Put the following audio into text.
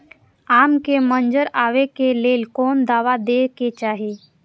आम के मंजर आबे के लेल कोन दवा दे के चाही?